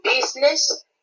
business